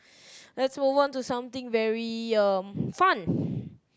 let's move on to something very um fun